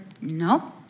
no